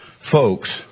folks